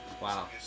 Wow